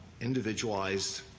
individualized